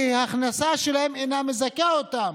כי ההכנסה שלהן אינה מזכה אותן